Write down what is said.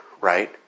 right